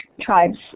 tribes